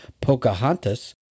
Pocahontas